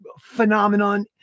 phenomenon